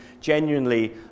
genuinely